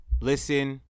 listen